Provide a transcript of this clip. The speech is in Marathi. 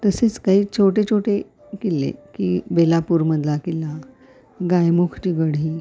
तसेच काही छोटे छोटे किल्ले की बेलापूरमधला किल्ला गायमुखटीगढी